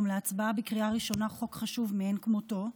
להצבעה בקריאה ראשונה הוא חוק חשוב מאין כמותו.